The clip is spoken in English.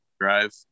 drive